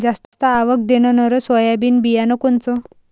जास्त आवक देणनरं सोयाबीन बियानं कोनचं?